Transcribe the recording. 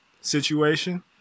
situation